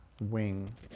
Wing